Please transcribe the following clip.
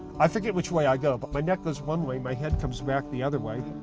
i forget which way i go but my neck goes one way, my heads comes back the other way.